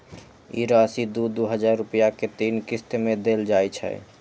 ई राशि दू दू हजार रुपया के तीन किस्त मे देल जाइ छै